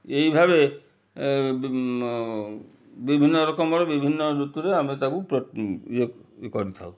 ଏହି ଭାବେ ବିଭିନ୍ନ ରକମର ବିଭିନ୍ନ ଋତୁରେ ଆମେ ତାକୁ ଇଏ କରୁ